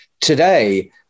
Today